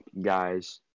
guys